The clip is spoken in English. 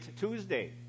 Tuesday